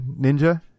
Ninja